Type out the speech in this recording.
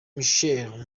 michel